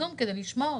הרגע.